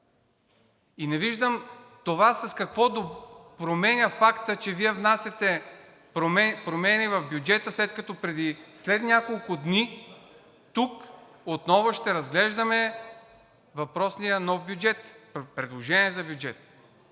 Не виждам това с какво променя факта, че Вие внасяте промени в бюджета, след като след няколко дни тук отново ще разглеждаме въпросния нов бюджет – предложение за бюджет.